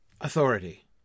Authority